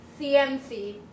CMC